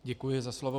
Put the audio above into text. Děkuji za slovo.